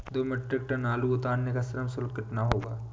दो metric ton आलू उतारने का श्रम शुल्क कितना होगा?